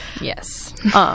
Yes